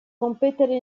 competere